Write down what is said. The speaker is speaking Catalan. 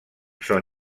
són